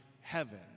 heaven